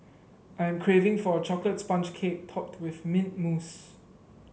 I am craving for a chocolate sponge cake topped with mint mousse